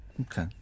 Okay